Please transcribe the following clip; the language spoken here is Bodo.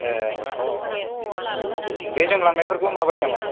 ए बे जों लांनायफोरखौ माबायो नामा